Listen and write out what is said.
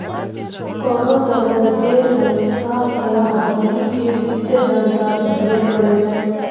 कोनो तरहो के संस्था या आदमी के वित्तीय जानकारी दियै पड़ै छै